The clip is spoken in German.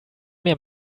mehr